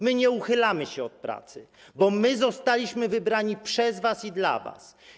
My nie uchylamy się od pracy, bo my zostaliśmy wybrani przez was i dla was.